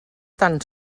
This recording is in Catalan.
tan